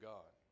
God